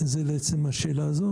זה לעצם השאלה הזו,